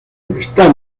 está